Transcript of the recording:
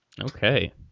okay